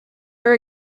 are